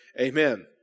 amen